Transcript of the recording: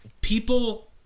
People